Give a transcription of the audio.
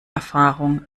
erfahrung